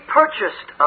purchased